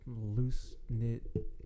loose-knit